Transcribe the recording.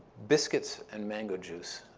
biscuits and mango juice.